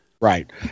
Right